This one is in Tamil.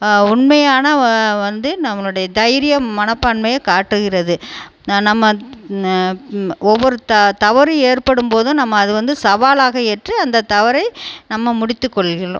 உண்மையான வந்து நம்மளுடைய தைரிய மனப்பான்மையை காட்டுகிறது நான் நம்ம ஒவ்வொரு த தவறு ஏற்படும் போதும் நம்ம அது வந்து சவாலாக ஏற்று அந்த தவறை நம்ம முடித்து கொள்கிறோம்